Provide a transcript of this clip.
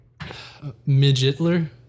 Midgetler